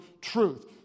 truth